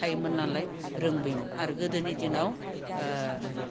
थायोमोन नालाय रोंबायमोन आरो गोदोनि दिनाव